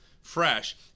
fresh